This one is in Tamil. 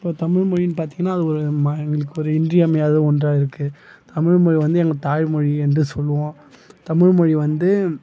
இப்போ தமிழ்மொழின்னு பார்த்தீங்கன்னா அது ஒரு ம எங்களுக்கு ஒரு இன்றியமையாத ஒன்றாக இருக்குது தமிழ்மொழி வந்து எங்கள் தாய்மொழி என்று சொல்லுவோம் தமிழ்மொழி வந்து